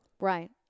Right